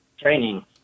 training